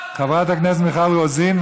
חברת הכנסת מיכל רוזין,